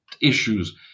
issues